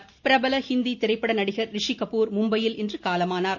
ரிஷி கபூர் பிரபல ஹிந்தி திரைப்பட நடிகர் ரிஷி கபூர் மும்பையில் இன்று காலமானார்